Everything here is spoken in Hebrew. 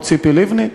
או ציפי לבני,